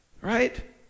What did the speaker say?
right